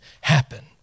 happen